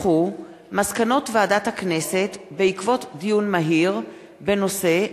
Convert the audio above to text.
מסקנות ועדת הכנסת בעקבות דיון מהיר בנושא: